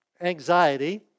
anxiety